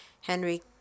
Henry